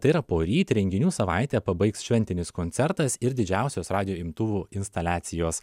tai yra poryt renginių savaitę pabaigs šventinis koncertas ir didžiausios radijo imtuvų instaliacijos